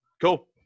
Cool